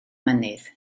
mynydd